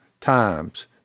times